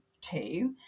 two